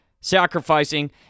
sacrificing